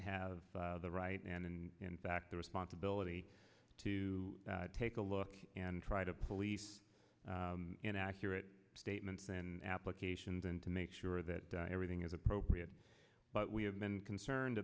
have the right and in fact the responsibility to take a look and try to police inaccurate statements and applications and to make sure that everything is appropriate but we have been concerned